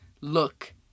look